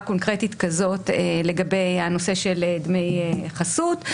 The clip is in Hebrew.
קונקרטית כזאת לגבי הנושא של דמי חסות.